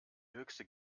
höchste